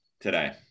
today